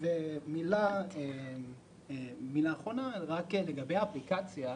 מילה אחרונה לגבי האפליקציה.